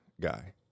guy